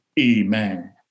Amen